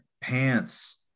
pants